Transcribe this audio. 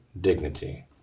dignity